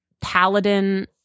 paladin